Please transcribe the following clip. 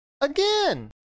again